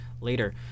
later